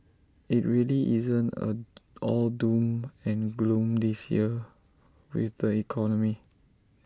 IT really isn't A all doom and gloom this year with the economy